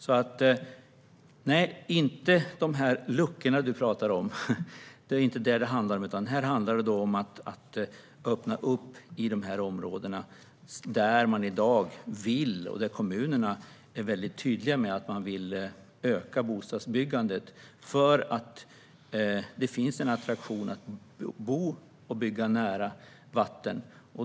Nej, det handlar inte om luckorna du pratar om, Stina Bergström. Det handlar om att öppna upp i de här områdena, där kommunerna i dag är tydliga med att de vill öka bostadsbyggandet för att det finns en attraktion i att bygga och bo nära vatten.